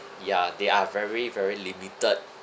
ya they are very very limited